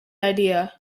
idea